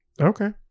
Okay